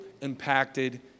impacted